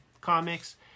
Comics